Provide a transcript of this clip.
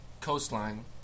coastline